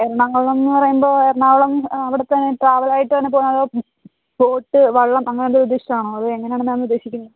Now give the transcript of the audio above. എറണാകുളമെന്നു പറയുമ്പോൾ എറണാകുളം അവിടെത്തന്നെ ട്രാവൽ ആയിട്ട് തന്നെ പോകാനോ അതോ ബോട്ട് വള്ളം അങ്ങനെ എന്തേലും ഉദ്ദേശിച്ചാണോ അത് എങ്ങനെയാണു മാം ഉദ്ദേശിക്കുന്നത്